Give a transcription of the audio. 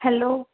hello